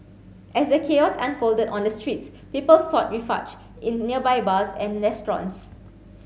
as the chaos unfolded on the streets people sought refuge in nearby bars and restaurants